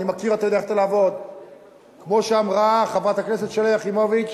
כי כמו שאמרה חברת הכנסת שלי יחימוביץ,